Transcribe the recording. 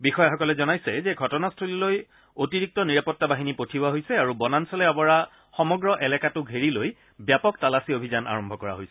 বিষয়াসকলে জনাইছে যে ঘটনাস্থলীলৈ অতিৰিক্ত নিৰাপত্তা বাহিনী পঠিওৱা হৈছে আৰু বনাঞ্চলে আৱৰা সমগ্ৰ এলেকাটো ঘেৰি লৈ ব্যাপক তালাচী অভিযান আৰম্ভ কৰা হৈছে